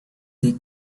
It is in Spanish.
the